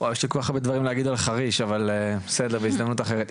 יש לי כל כך הרבה דברים להגיד על חריש אבל בהזדמנות אחרת,